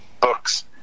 books